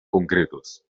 concretos